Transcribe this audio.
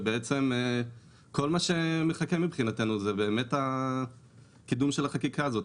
בעצם כל מה שמחכה מבחינתנו זה קידום החקיקה הזאת,